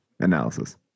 analysis